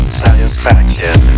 satisfaction